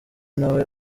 ntawe